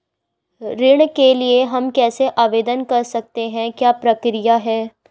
ऋण के लिए हम कैसे आवेदन कर सकते हैं क्या प्रक्रिया है?